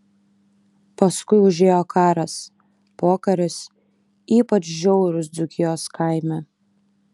paskui užėjo karas pokaris ypač žiaurūs dzūkijos kaime